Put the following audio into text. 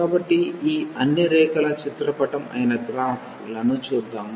కాబట్టి ఈ అన్ని రేఖల చిత్ర పటం అయిన గ్రాఫ్ లను చూద్దాం